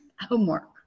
homework